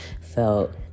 felt